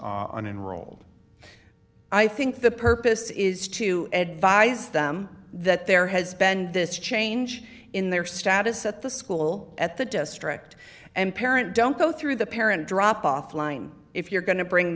an enrolled i think the purpose is to advise them that there has been this change in their status at the school at the district and parent don't go through the parent drop off line if you're going to bring